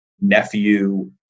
nephew